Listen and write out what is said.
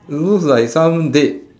it looks like some dead